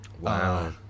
wow